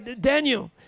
Daniel